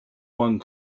one